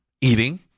eating